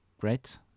Great